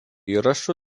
įrašų